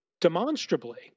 demonstrably